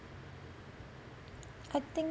I think